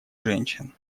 женщин